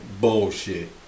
Bullshit